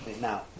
Now